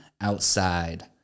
outside